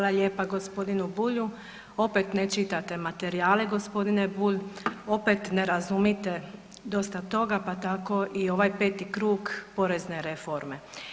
Hvala lijepa gospodinu Bulju, opet ne čitate materijale gospodine Bulj, opet ne razumite dosta toga, pa tako i ovaj peti krug porezne reforme.